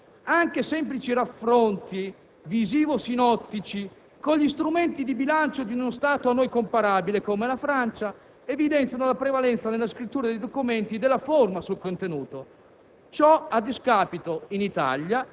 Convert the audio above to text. cioè al contenuto sostanziale. Anche semplici raffronti visivo-sinottici con gli strumenti di bilancio di uno Stato a noi comparabile, come la Francia, evidenziano nella scrittura dei documenti la prevalenza della forma sul contenuto,